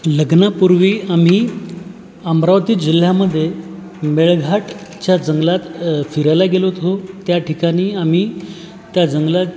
लग्नापूर्वी आम्ही अमरावती जिल्ह्यामध्ये मेळघाटच्या जंगलात फिरायला गेलो होतो त्या ठिकाणी आम्ही त्या जंगलात